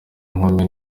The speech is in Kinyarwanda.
nkumi